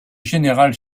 général